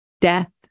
death